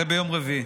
זה ביום רביעי.